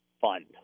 fund